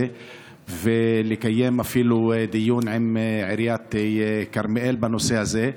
ואפילו לקיים דיון עם עיריית כרמיאל בנושא הזה,